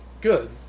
good